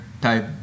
type